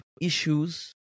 issues